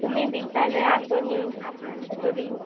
তুমি বিদ্যালয়ে আসোনি এতদিন